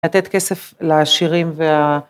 לתת כסף לעשירים